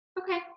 okay